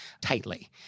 tightly